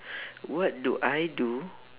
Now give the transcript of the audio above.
what do I do